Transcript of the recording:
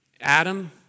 Adam